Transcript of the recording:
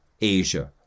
Asia